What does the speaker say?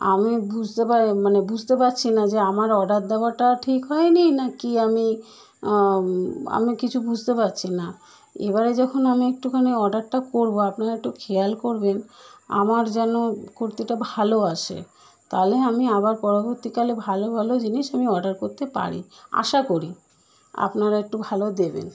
আমি বুঝতে পারি মানে বুঝতে পারছি না যে আমার অর্ডার দেওয়াটা ঠিক হয়নি নাকি আমি আমি কিছু বুঝতে পারছি না এবার যখন আমি একটুখানি অর্ডারটা করব আপনারা একটু খেয়াল করবেন আমার যেন কুর্তিটা ভালো আসে তাহলে আমি আবার পরবর্তীকালে ভালো ভালো জিনিস আমি অর্ডার করতে পারি আশা করি আপনারা একটু ভালো দেবেন